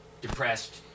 depressed